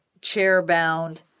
chair-bound